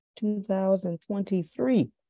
2023